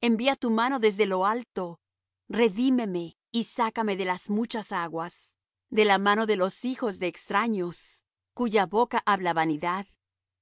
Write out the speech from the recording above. envía tu mano desde lo alto redímeme y sácame de las muchas aguas de la mano de los hijos de extraños cuya boca habla vanidad